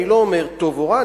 אני לא אומר טוב או רע,